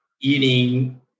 eating